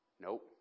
Nope